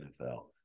nfl